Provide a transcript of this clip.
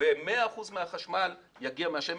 ו-100 אחוזים מהחשמל יגיע מהשמש,